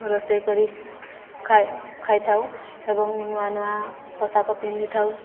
ରୋଷେଇ କରି ଖା ଖାଇଥାଉ ଏବଂ ନୂଆ ନୂଆ ପୋଷାକ ପିନ୍ଧିଥାଉ